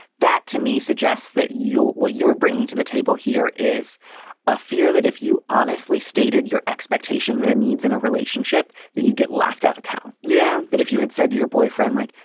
that to me suggests that your what you're bringing to the table here is a fear that if you honestly stated your expectation, that means in a relationship that you get laughed out of town. yeah, but if you had said to your boyfriend, like,